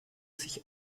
sich